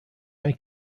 may